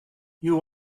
you